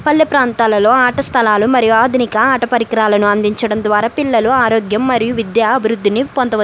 పల్లె ప్రాంతాలలో ఆట స్థలాలు మరియు ఆధునిక ఆట పరికరాలను అందించడం ద్వారా పిల్లలు ఆరోగ్యం మరియు విద్య అభివృద్ధిని పొందవచ్చు